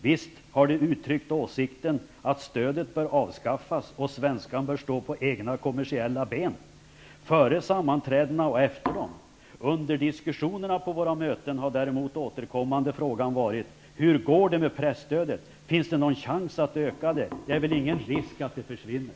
Visst har de uttryckt åsikten att stödet bör avskaffas och Svenskan bör stå på egna kommersiella ben. Före sammanträdena och efter dem. Under diskussionerna på våra möten har däremot den stående -- eller i vart fall ständigt återkommande -- frågan varit: ''Hur går det med presstödet? Finns det nån chans att öka det? Det är väl ingen risk att det försvinner.'''